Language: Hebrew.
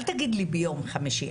אל תגיד לי ביום חמישי.